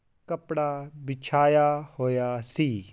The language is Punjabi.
ਕੱਪੜਾ ਵਿਛਾਇਆ ਹੋਇਆ ਸੀ